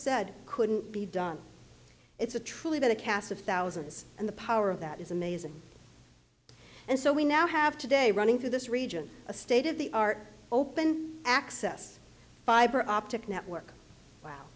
said couldn't be done it's a truly been a cast of thousands and the power of that is amazing and so we now have today running through this region a state of the art open access fiber optic network wow